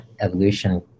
evolution